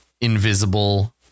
invisible